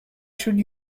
should